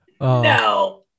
No